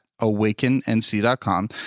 awakennc.com